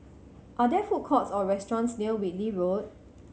are there food courts or restaurants near Whitley Road